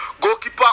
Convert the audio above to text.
goalkeeper